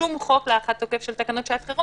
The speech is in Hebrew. שום חוק להארכת תוקף של תקנות שעת חירום,